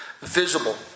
visible